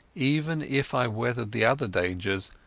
even if i weathered the other dangers,